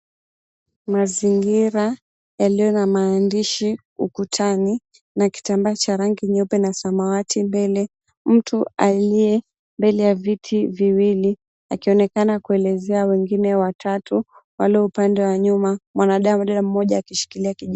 Mazingira yaliyo na maandishi ukutani na kitambaa cha rangi nyeupe na samawati mbele. Mtu aliye mbele ya viti viwili akionekana kuelezea wengine watatu walio upande wa nyuma mwanadada mmoja akishikilia.